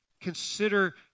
consider